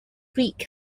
greek